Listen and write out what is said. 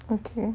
okay